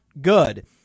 good